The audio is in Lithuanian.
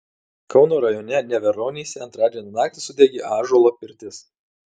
kauno rajone neveronyse antradienio naktį sudegė ąžuolo pirtis